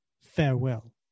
Farewell